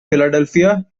philadelphia